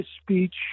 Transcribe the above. speech